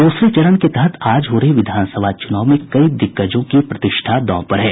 दूसरे चरण के तहत आज हो रहे विधानसभा चुनाव में कई दिग्गजों की प्रतिष्ठा दांव पर है